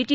T